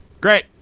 Great